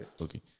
Okay